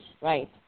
right